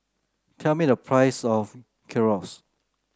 tell me the price of Gyros